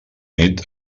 nit